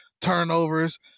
turnovers